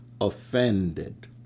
offended